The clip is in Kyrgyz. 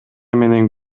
менен